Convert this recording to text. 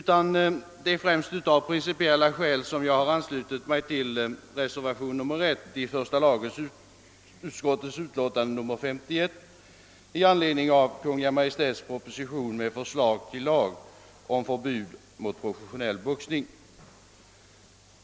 Det är främst av principiella skäl jag har anslutit mig till reservation 1 i första lagutskottets utlåtande nr 51 med anledning av Kungl. Maj:ts proposition med förslag till lag om förbud mot professionell boxning.